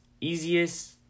easiest